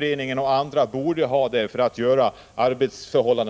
det gäller att förbättra arbetsförhållandena?